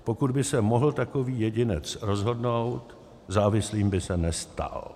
Pokud by se mohl takový jedinec rozhodnout, závislým by se nestal.